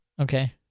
Okay